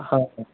హా